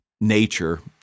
nature